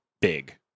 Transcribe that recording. big